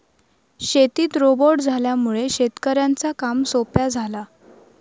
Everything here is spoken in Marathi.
शेतीत रोबोट इल्यामुळे शेतकऱ्यांचा काम सोप्या झाला